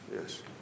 yes